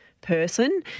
Person